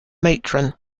matron